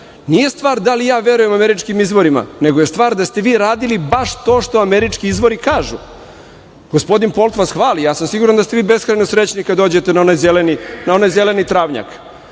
nije stvar da li ja verujem američkim izvorima, nego je stvar da ste vi radili baš to što američki izvori kažu. Gospodin Polt vas hvali, ja sam siguran da ste vi beskrajno srećni kada dođete na onaj zeleni travnjak.